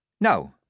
No